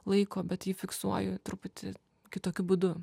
laiko bet jį fiksuoju truputį kitokiu būdu